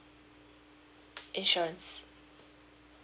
insurance